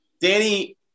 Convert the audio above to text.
Danny